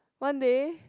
one day